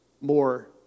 more